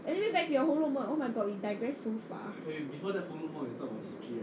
anyway back to your 红楼梦 oh my god we digress so far